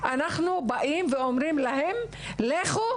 אנחנו באים ואומרים להן, לכו,